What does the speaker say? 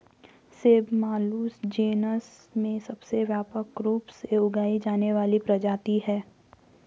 सेब मालुस जीनस में सबसे व्यापक रूप से उगाई जाने वाली प्रजाति है